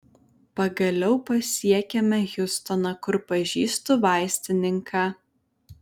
pagaliau pasiekėme hjustoną kur pažįstu vaistininką